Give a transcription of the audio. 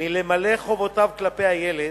מלמלא חובותיו כלפי הילד",